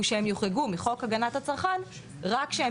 הוא שהם יוחרגו מחוק הגנת הצרכן רק כשהם